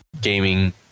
gaming